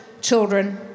children